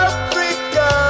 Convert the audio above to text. Africa